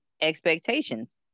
expectations